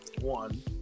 one